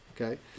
Okay